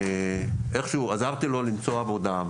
עזרתי לו למצוא עבודה.